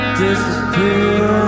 disappear